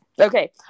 Okay